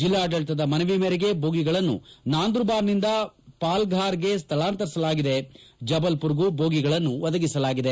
ಜಿಲ್ಲಾಡಳತದ ಮನವಿ ಮೇರೆಗೆ ಬೋಗಿಗಳನ್ನು ನಾಂದ್ರುಬಾರ್ ನಿಂದ ಪಾಲಫಾರ್ಗೆ ಸ್ವಳಾಂತರಿಸಲಾಗಿದೆ ಜಬಲ್ಮರ್ಗೂ ಬೋಗಿಗಳನ್ನು ಒದಗಿಸಲಾಗಿದೆ